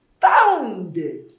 founded